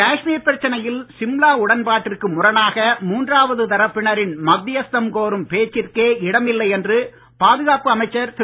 காஷ்மீர் பிரச்சனையில் சிம்லா உடன்பாட்டிற்கு முரணாக மூன்றாவது தரப்பினரின் மத்தியஸ்தம் கோரும் பேச்சிற்கே இடமில்லை என்று பாதுகாப்பு அமைச்சர் திரு